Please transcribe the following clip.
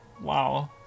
Wow